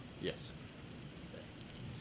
Yes